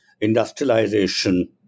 industrialization